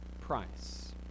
price